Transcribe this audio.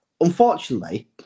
unfortunately